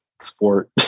sport